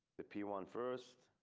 the p one first,